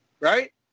Right